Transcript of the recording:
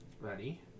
ready